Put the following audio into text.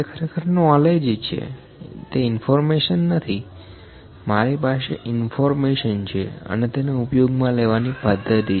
તે ખરેખર નોલેજ છેતે ઇન્ફોર્મેશન નથીમારી પાસે ઇન્ફોર્મેશન છે અને તેને ઉપયોગમાં લેવાની પદ્ધતિ